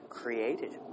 created